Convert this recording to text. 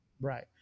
Right